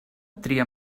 tria